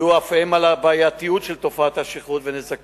עמדו אף הם על הבעייתיות של תופעת השכרות ונזקיה,